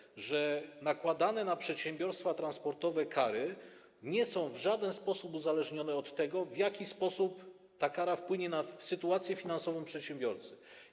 Chodzi o to, że kary nakładane na przedsiębiorstwa transportowe nie są w żaden sposób uzależnione od tego, w jaki sposób ta kara wpłynie na sytuację finansową przedsiębiorcy.